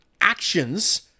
actions